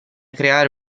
creare